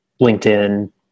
LinkedIn